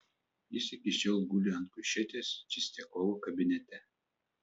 jis iki šiol guli ant kušetės čistiakovo kabinete